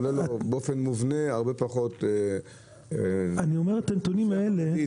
עולה לו באופן מובנה הרבה פחות --- אני אומר את הנתונים האלה,